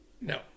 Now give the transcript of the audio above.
No